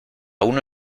uno